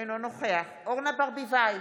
אינו נוכח אורנה ברביבאי?